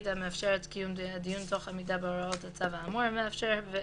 המאפשר את קיום הדיון תוך עמידה בהוראות הצו האמור ומאפשר,